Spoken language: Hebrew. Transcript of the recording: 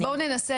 אז בואו נראה,